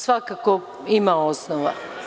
Svakako ima osnova.